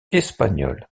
espagnols